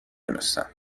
دونستم